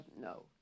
No